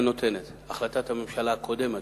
החלטת הממשלה הקודמת,